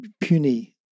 puny